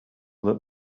that